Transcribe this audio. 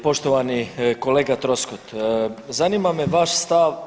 Poštovani kolega Troskot, zanima me vaš stav.